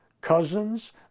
cousins